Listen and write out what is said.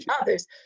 others